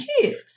kids